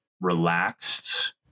relaxed